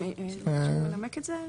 מישהו ינמק את זה?